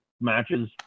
matches